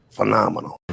Phenomenal